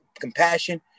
compassion